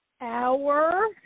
hour